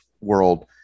world